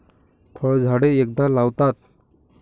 फळझाडे एकदा लावतात